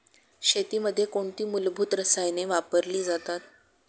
शेतीमध्ये कोणती मूलभूत रसायने वापरली जातात?